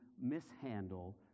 mishandle